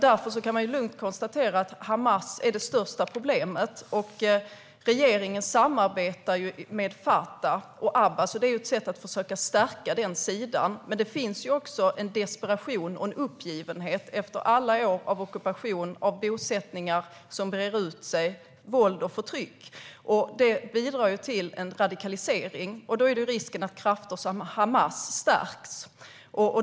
Därför kan man lugnt konstatera att Hamas är det största problemet. Regeringen samarbetar ju med Fatah och Abbas, och det är ett sätt att försöka att stärka den sidan. Men det finns också en desperation och en uppgivenhet efter alla år av ockupation, av bosättningar som breder ut sig samt av våld och förtryck. Det bidrar till en radikalisering som riskerar att krafter som Hamas stärks.